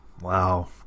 Wow